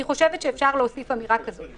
אני חושבת שאפשר להוסיף אמירה כזאת.